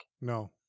No